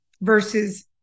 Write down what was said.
versus